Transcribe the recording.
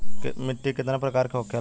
मिट्टी कितना प्रकार के होखेला?